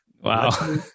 Wow